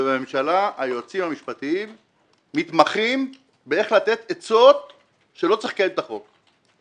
ובממשלה היועצים המשפטיים מתמחים באיך לתת עצות שלא צריך לקיים את החוק.